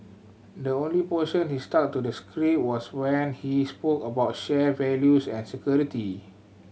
the only portion he stuck to the script was when he spoke about shared values and security